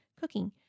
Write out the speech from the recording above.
cooking